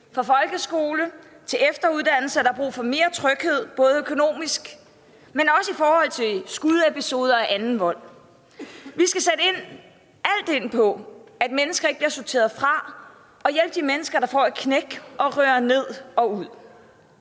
fra folkeskole til efteruddannelse. Der er brug for mere tryghed, både økonomisk, men også i forhold til skudepisoder og anden vold. Vi skal sætte alt ind på, at mennesker ikke bliver sorteret fra, og hjælpe de mennesker, der får et knæk og ryger ned og ud.